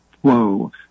whoa